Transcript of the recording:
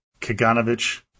Kaganovich